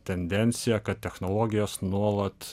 tendenciją kad technologijos nuolat